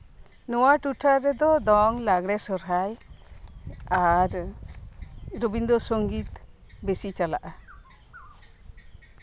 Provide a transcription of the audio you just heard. ᱱᱚᱣᱟ ᱴᱚᱴᱷᱟ ᱨᱮᱫᱚ ᱫᱚᱝ ᱞᱟᱜᱽᱲᱮ ᱥᱚᱨᱦᱟᱭ ᱨᱚᱵᱤᱱᱫᱽᱨᱚ ᱥᱚᱝᱜᱤᱛ ᱵᱮᱥᱤ ᱪᱟᱞᱟᱜᱼᱟ